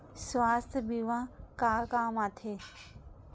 सुवास्थ बीमा का काम आ थे?